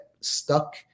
stuck